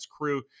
crew